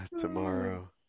Tomorrow